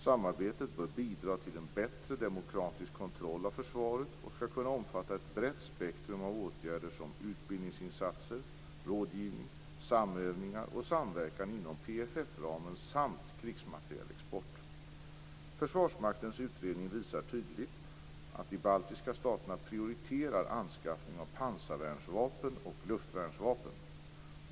Samarbetet bör bidra till en bättre demokratisk kontroll av försvaret och skall kunna omfatta ett brett spektrum av åtgärder som utbildningsinsatser, rådgivning, samövningar och samverkan inom PFF-ramen samt krigsmaterielexport. Försvarsmaktens utredning visar tydligt att de baltiska staterna prioriterar anskaffning av pansarvärnsvapen och luftvärnsvapen.